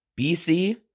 BC